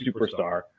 superstar